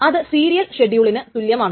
അത് സീരിയൽ ഷെഡ്യൂളിന് തുല്യമാണ്